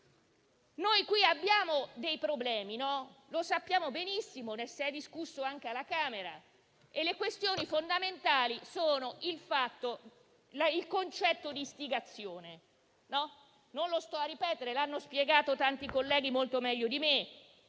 questo. Abbiamo problemi e lo sappiamo benissimo, perché se n'è discusso anche alla Camera, e le questioni fondamentali sono relative al concetto di istigazione. Non lo sto a ripetere, in quanto l'hanno spiegato tanti colleghi molto meglio di me.